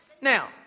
Now